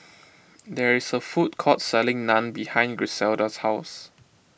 there is a food court selling Naan behind Griselda's house